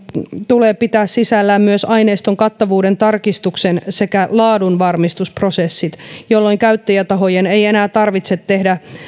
tulee pitää sisällään myös aineiston kattavuuden tarkistuksen sekä laadunvarmistusprosessit jolloin käyttäjätahojen ei enää tarvitse tehdä